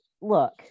look